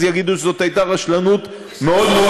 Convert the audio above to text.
אז יגידו שזאת הייתה רשלנות מאוד מאוד